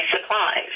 supplies